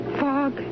fog